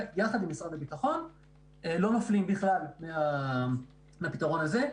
יחד עם משרד הביטחון לא נופלים בכלל מהפתרון הזה.